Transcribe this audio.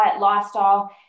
lifestyle